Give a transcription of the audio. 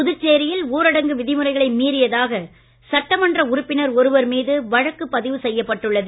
புதுச்சேரியில் ஊரடங்கு விதிமுறைகளை மீறியதாக சட்டமன்ற உறுப்பினர் ஒருவர் மீது வழக்கு பதிவு செய்யப் பட்டுள்ளது